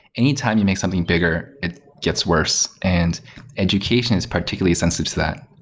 anytime you make something bigger, it gets worst. and education is particularly sensitive to that.